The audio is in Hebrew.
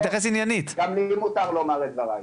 גם לי מותר לומר את דבריי.